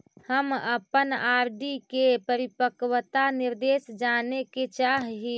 हम अपन आर.डी के परिपक्वता निर्देश जाने के चाह ही